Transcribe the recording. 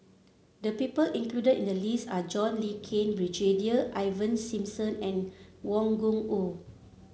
the people included in the list are John Le Cain Brigadier Ivan Simson and Wang Gungwu